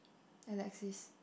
Alexis